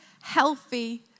healthy